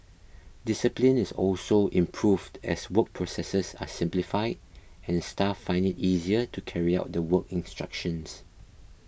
discipline is also improved as work processes are simplified and staff find it easier to carry out the work instructions